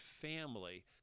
family